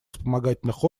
вспомогательных